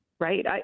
Right